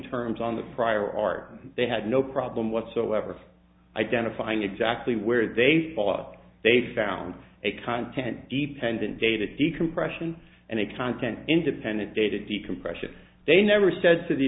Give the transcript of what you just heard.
terms on the prior art they had no problem whatsoever identifying exactly where they thought they found a content the pendant dated decompression and the content independent data decompression they never said to the